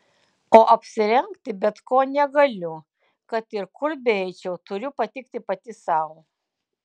o apsirengti bet ko negaliu kad ir kur beeičiau turiu patikti pati sau